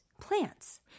plants